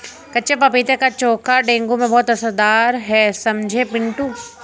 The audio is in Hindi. कच्चे पपीते का चोखा डेंगू में बहुत असरदार है समझे पिंटू